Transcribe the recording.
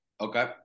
Okay